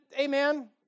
Amen